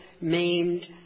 maimed